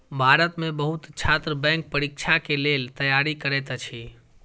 भारत में बहुत छात्र बैंक परीक्षा के लेल तैयारी करैत अछि